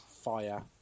fire